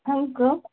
ہم کو